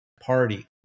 party